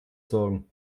sagen